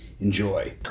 Enjoy